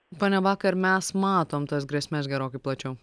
pone bakai ar mes matom tas grėsmes gerokai plačiau